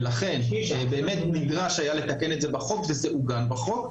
ולכן באמת נדרש היה לתקן את זה בחוק וזה עוגן בחוק.